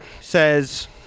says